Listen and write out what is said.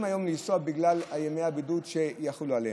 היום מלנסוע בגלל ימי הבידוד שיחולו עליהם.